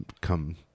come